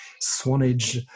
Swanage